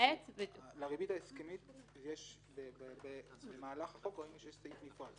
לריבית ההסכמית במהלך החוק יש סעיף נפרד.